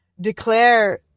declare